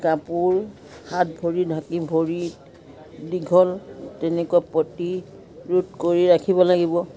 কাপোৰ হাত ভৰি ঢাকি ভৰিত দীঘল তেনেকুৱা প্ৰতিৰোধ কৰি ৰাখিব লাগিব